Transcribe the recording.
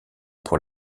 pour